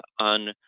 on